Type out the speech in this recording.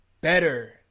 better